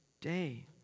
day